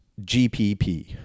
GPP